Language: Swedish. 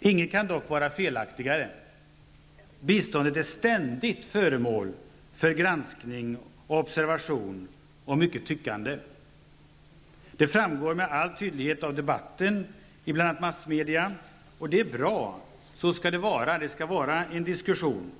Inget kan dock vara felaktigare. Biståndet är ständigt föremål för granskning och observation och mycket tyckande. Det framgår med all tydlighet av debatten i bl.a. massmedia. Det är bra! Så skall det vara! Det skall vara en diskussion.